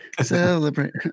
Celebrate